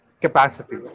capacity